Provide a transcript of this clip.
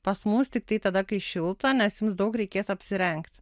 pas mus tiktai tada kai šilta nes jums daug reikės apsirengt